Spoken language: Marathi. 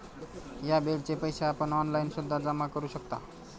या बेडचे पैसे आपण ऑनलाईन सुद्धा जमा करू शकता